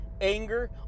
anger